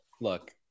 Look